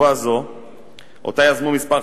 השעה, בהחלט.